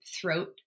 throat